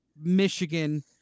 Michigan